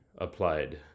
applied